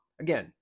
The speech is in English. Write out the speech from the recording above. Again